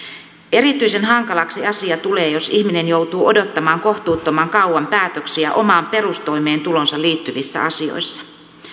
erityisen hankalaksi asia tulee jos ihminen joutuu odottamaan kohtuuttoman kauan päätöksiä omaan perustoimeentuloonsa liittyvissä asioissa